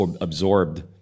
absorbed